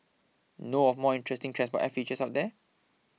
know of more interesting transport app features out there